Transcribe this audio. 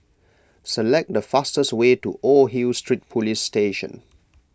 select the fastest way to Old Hill Street Police Station